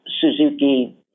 Suzuki